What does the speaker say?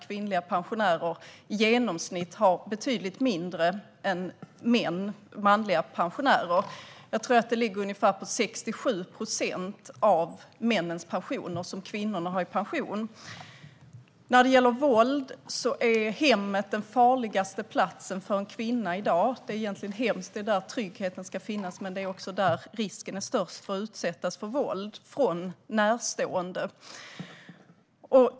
Kvinnliga pensionärer har i genomsnitt betydligt mindre än manliga. Jag tror att kvinnornas pensioner ligger på ungefär 67 procent av männens. När det gäller våld är hemmet den farligaste platsen för en kvinna i dag. Det är egentligen hemskt; det är där tryggheten ska finnas, men det är också där risken är störst att utsättas för våld från närstående.